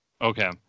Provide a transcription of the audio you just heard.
Okay